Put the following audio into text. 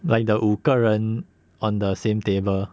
like the 五个人 on the same table